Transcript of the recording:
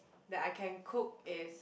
that I can cook is